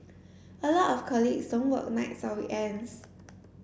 a lot of colleagues don't work nights or weekends